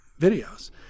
videos